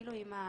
שאפילו אם היה